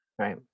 right